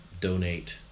donate